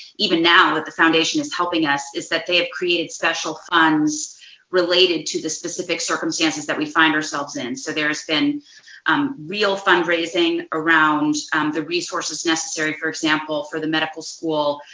even now, what the foundation is helping us is that they have created special funds related to the specific circumstances that we find ourselves in. so there's been um real fundraising around the resources necessary, for example, for the medical school,